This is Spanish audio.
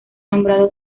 nombrado